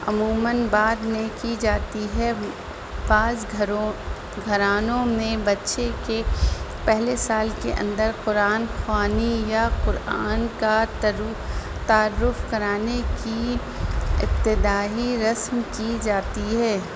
عموماً بعد میں کی جاتی ہے بعض گھروں گھرانوں میں بچے کے پہلے سال کے اندر قرآن خوانی یا قرآن کا تعارف کرانے کی ابتدائی رسم کی جاتی ہے